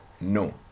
no